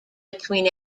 between